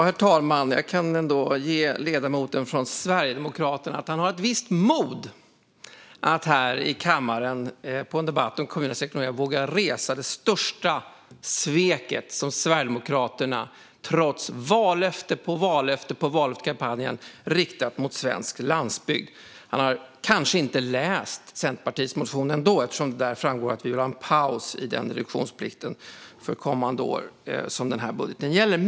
Herr talman! Jag kan ändå ge ledamoten från Sverigedemokraterna det att han har ett visst mod när han här i kammaren i en debatt om kommunernas ekonomi vågar resa det största sveket mot svensk landsbygd från Sverigedemokraterna, trots vallöfte på vallöfte i kampanjen. Han har kanske ändå inte läst Centerpartiets motion, eftersom det där framgår att vi vill ha en paus i reduktionsplikten för kommande år, som den här budgeten gäller.